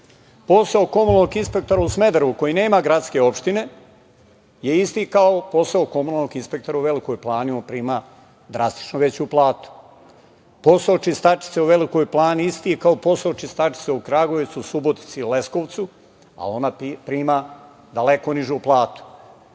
Posao komunalnog inspektora u Smederevu, koji nema gradske opštine je isti kao komunalnog inspektora u Velikoj Plani, on prima drastično veću platu. Posao čistačice u Velikoj Plani isti je kao posao čistačice u Kragujevcu, Subotici, Leskovcu a ona prima daleko nižu platu.